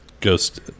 Ghost